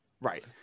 Right